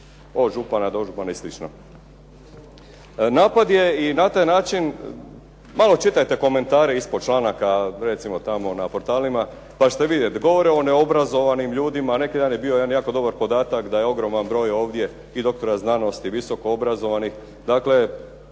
od župana, dožupana i slično. Napad je i na taj način, malo čitajte komentare ispod članaka. Recimo tamo na portalima baš se vide. Govore o neobrazovanim ljudima. Neki dan je bio jedan jako dobar podatak da je ogroman broj ovdje i doktora znanosti i visoko obrazovanih. Dakle,